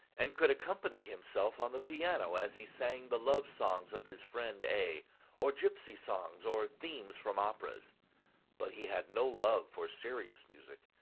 and could accompany himself on the piano as he sang the love songs of his friend a or gipsy songs or themes from operas but he had no love for serious music,